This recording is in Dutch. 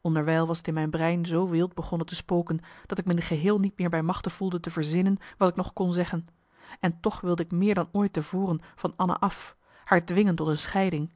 onderwijl was t in mijn brein zoo wild begonnen te spoken dat ik me in t geheel niet meer bij machte voelde te verzinnen wat ik nog kon zeggen en toch wilde ik meer dan ooit te voren van anna af haar dwingen tot een scheiding